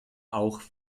auch